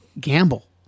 gamble